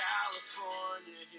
California